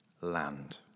land